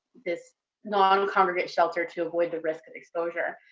this non-congregate shelter to avoid the risk of exposure.